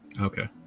Okay